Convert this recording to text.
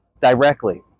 directly